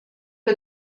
que